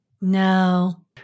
No